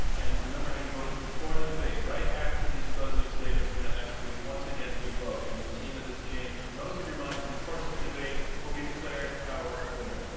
and remember how you voted before the debate. right after these closing statements, we're going to ask you once again to vote. and the team that has changed most of your minds in the course of the debate will be declared our winner.